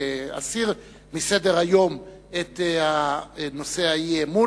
להסיר מסדר-היום את האי-אמון,